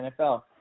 NFL